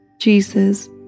Jesus